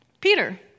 Peter